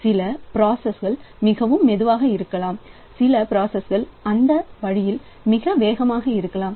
எனவே சில பிராசஸ் மிகவும் மெதுவாக இருக்கலாம் சில பிராசஸ் அந்த வழியில் மிக வேகமாக இருக்கலாம்